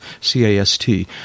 C-A-S-T